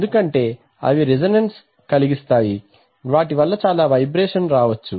ఎందుకంటే అవి రెసొనెన్స్ ప్రతిద్వని కలిస్గిస్తాయి వాటివలన చాలా వైబ్రేషన్ రావోచ్చు